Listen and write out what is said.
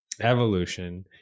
evolution